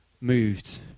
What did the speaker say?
moved